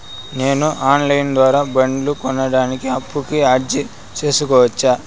నేను online ద్వారా బండ్లు కొనడానికి అప్పుకి అర్జీ సేసుకోవచ్చా?